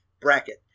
bracket